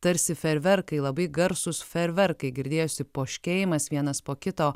tarsi fejerverkai labai garsūs fejerverkai girdėjosi poškėjimas vienas po kito